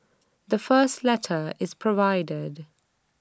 the first letter is provided